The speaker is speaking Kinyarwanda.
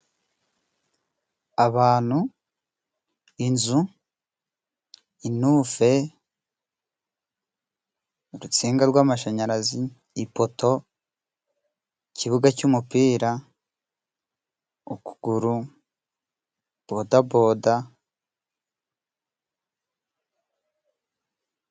Abantu, inzu ,intufe urutsinga rw'amashanyarazi, ipoto ,ikibuga cy'umupira ,ukuguru ,bodaboda.